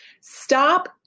Stop